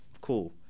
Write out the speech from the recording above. cool